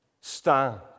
Stand